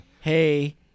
Hey